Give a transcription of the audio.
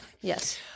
Yes